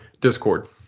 Discord